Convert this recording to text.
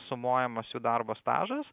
sumuojamas jų darbo stažas